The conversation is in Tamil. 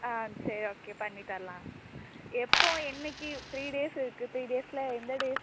ஆ சரி ஓகே பண்ணித் தரலாம் எப்போ என்னைக்கு த்ரீ டேஸ் இருக்கு த்ரீ டேஸில் எந்த டேஸ்